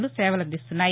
లు సేవలందిస్తున్నాయి